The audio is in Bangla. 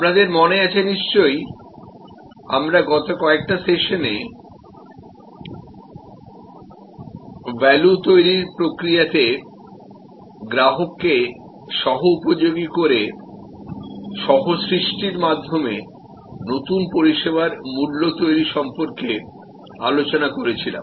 আপনাদের মনে আছে নিশ্চয় গত কয়েকটা সেশনে আমরা value তৈরির প্রক্রিয়াতে গ্রাহককে কো অপটিং করে কো ক্রিয়েশন মাধ্যমে নতুন পরিষেবা মূল্য তৈরি সম্পর্কে আলোচনা করেছিলাম